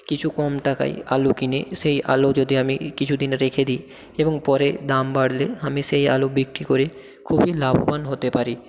কিছু কম টাকায় আলু কিনে সেই আলু যদি আমি কিছুদিন রেখে দিই এবং পরে দাম বাড়লে আমি সেই আলু বিক্রি করে খুবই লাভবান হতে পারি